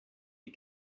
die